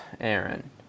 Aaron